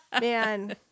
man